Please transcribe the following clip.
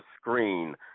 screen